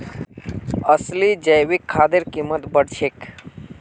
असली जैविक खादेर कीमत बढ़ छेक